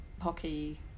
hockey